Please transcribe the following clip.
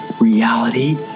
reality